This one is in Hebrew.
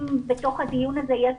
אם בתוך הדיון הזה יש